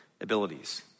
abilities